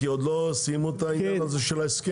כי עוד לא סיימו את העניין הזה של ההסכם.